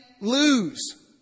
lose